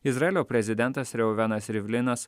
izraelio prezidentas reuvenas rivlinas